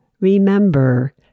remember